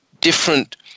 different